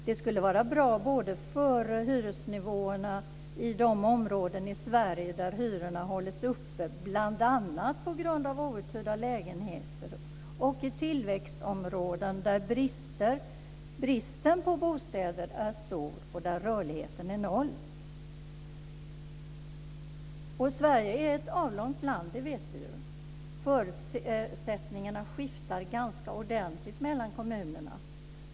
Det skulle vara bra för hyresnivåerna både i de områden i Sverige där hyrorna hållits uppe bl.a. på grund av outhyrda lägenheter och i tillväxtområden där bristen på bostäder är stor och rörligheten noll. Sverige är ett avlångt land; det vet vi ju. Förutsättningarna skiftar ganska ordentligt mellan kommunerna.